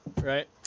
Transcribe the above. right